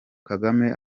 kagame